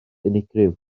unigryw